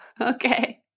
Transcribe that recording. Okay